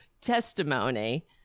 testimony